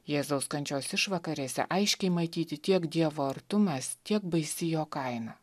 jėzaus kančios išvakarėse aiškiai matyti tiek dievo artumas tiek baisi jo kaina